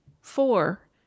four